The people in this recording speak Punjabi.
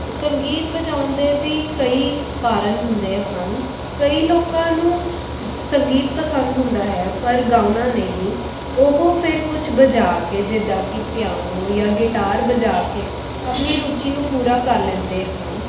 ਸੰਗੀਤ ਵਜਾਉਣ ਦੇ ਵੀ ਕਈ ਕਾਰਣ ਹੁੰਦੇ ਹਨ ਕਈ ਲੋਕਾਂ ਨੂੰ ਸੰਗੀਤ ਪਸੰਦ ਹੁੰਦਾ ਹੈ ਪਰ ਗਾਉਣਾ ਨਹੀਂ ਉਹ ਫਿਰ ਕੁਛ ਵਜਾ ਕੇ ਜਿੱਦਾਂ ਕਿ ਪੀਆਨੋ ਜਾਂ ਗਿਟਾਰ ਵਜਾ ਕੇ ਆਪਣੀ ਰੁਚੀ ਨੂੰ ਪੂਰਾ ਕਰ ਲੈਂਦੇ ਹਨ